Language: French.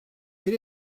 quel